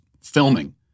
filming